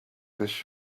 this